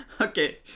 okay